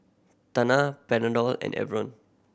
Tena Panadol and Enervon